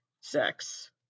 Sex